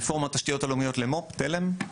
פורום התשתיות הלאומיות למו"פ, תל"מ,